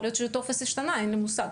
יכול להיות שהטופס השתנה, אין לי מושג.